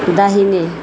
दाहिने